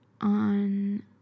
on